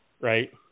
Right